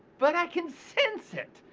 but i can sense it.